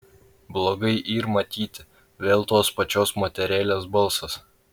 blogai yr matyti vėl tos pačios moterėlės balsas